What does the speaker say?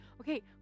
Okay